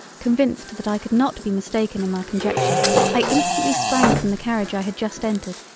convinced that i could not be mistaken in my conjecture i instantly sprang from the carriage i had just entered,